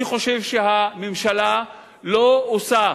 אני חושב שהממשלה לא עושה